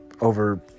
over